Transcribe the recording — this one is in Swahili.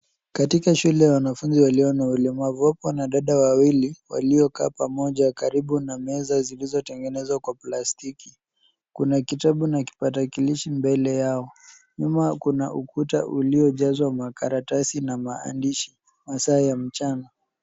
Katika shule ya wanafunzi walio na ulemavu, wanadada wawili waliokaa pamoja karibu na meza zilizotengenezwa kwa plastiki kuna kitabu na kipakatalishi mbele yao, nyuma kuna ukuta uliojazwa makaratasi na maandisha masaa ya mchana.